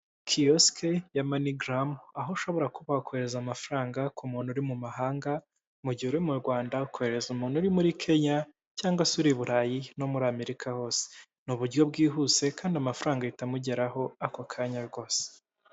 Kiyosike ya Manigaramu aho ushobora kuba wakohereza amafaranga ku muntu uri mu mahanga, mu gihe uri mu Rwanda ukoherereza umuntu uri muri Kenya cyangwa se uri i Burayi no muri Amerika hose, ni uburyo bwihuse kandi amafaranga ahita amugeraho ako kanya rwose.